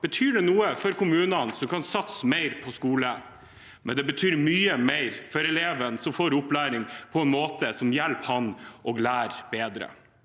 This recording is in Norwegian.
betyr det noe for kommunene som kan satse mer på skole, men det betyr mye mer for eleven som får opplæring på en måte som hjelper ham å lære bedre.